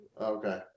Okay